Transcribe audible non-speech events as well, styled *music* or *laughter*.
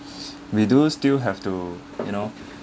*noise* we do still have to you know